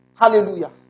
Hallelujah